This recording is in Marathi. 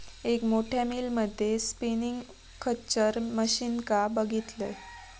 एक मोठ्या मिल मध्ये स्पिनींग खच्चर मशीनका बघितलंय